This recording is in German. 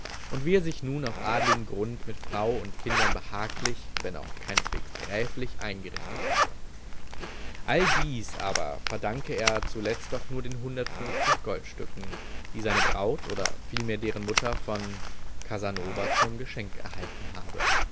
und wie er sich nun auf adligem grund mit frau und kindern behaglich wenn auch keineswegs gräflich eingerichtet habe all dies aber verdanke er zuletzt doch nur den hundertfünfzig goldstücken die seine braut oder vielmehr deren mutter von casanova zum geschenk erhalten habe